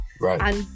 right